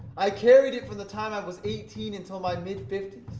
i carried it from the time i was eighteen until my mid fifty